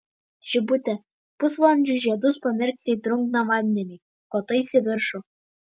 žibutė pusvalandžiui žiedus pamerkti į drungną vandenį kotais į viršų